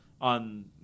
on